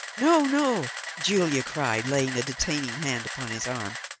no, no! julie cried, laying a detaining hand upon his arm.